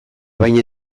baina